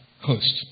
host